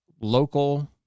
local